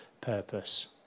purpose